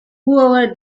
whoever